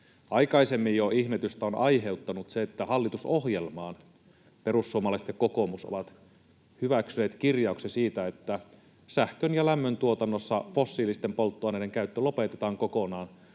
aikaisemmin ihmetystä on aiheuttanut se, että hallitusohjelmaan perussuomalaiset ja kokoomus ovat hyväksyneet kirjauksen siitä, että sähkön‑ ja lämmöntuotannossa fossiilisten polttoaineiden käyttö lopetetaan kokonaan